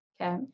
Okay